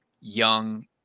young